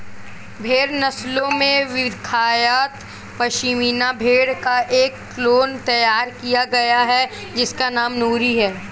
भेड़ नस्लों में विख्यात पश्मीना भेड़ का एक क्लोन तैयार किया गया है जिसका नाम नूरी है